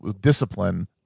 discipline